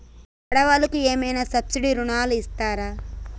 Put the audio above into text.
ఆడ వాళ్ళకు ఏమైనా సబ్సిడీ రుణాలు ఇస్తారా?